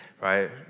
right